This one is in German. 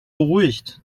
beruhigt